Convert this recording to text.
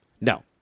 No